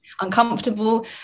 uncomfortable